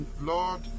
Lord